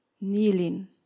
kneeling